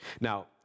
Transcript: Now